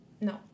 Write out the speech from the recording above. no